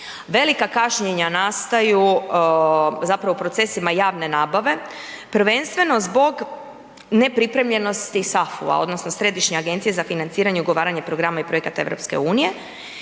velika kašnjenja nastaju zapravo u procesima javne nabave, prvenstveno zbog nepripremljenosti SAFU-a odnosno Središnje agencije za financiranje ugovaranja programa i projekata EU-a